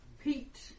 Pete